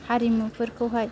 हारिमुफोरखौहाय